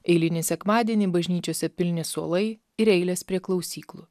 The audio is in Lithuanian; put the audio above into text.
eilinį sekmadienį bažnyčiose pilni suolai ir eilės prie klausyklų